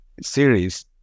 series